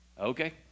okay